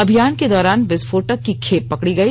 अभियान के दौरान विस्फोटक की खेप पकड़ी गई